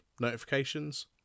notifications